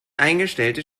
eingestellte